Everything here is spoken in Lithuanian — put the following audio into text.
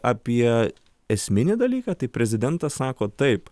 apie esminį dalyką tai prezidentas sako taip